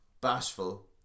bashful